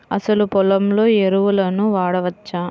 అసలు పొలంలో ఎరువులను వాడవచ్చా?